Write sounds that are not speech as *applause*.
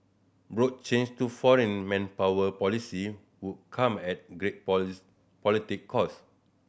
broad change to foreign manpower policy would come at great *unintelligible* political cost